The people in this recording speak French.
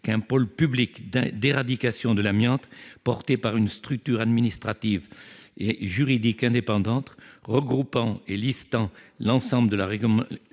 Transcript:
qu'un pôle public d'éradication de l'amiante porté par une structure administrative et juridique indépendante, regroupant et listant l'ensemble de la